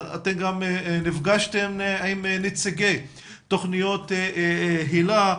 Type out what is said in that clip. אתן גם נפגשתם עם נציגי תוכניות היל"ה,